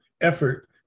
effort